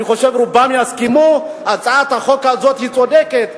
אני חושב שהרוב יסכימו שהצעת החוק הזאת היא צודקת,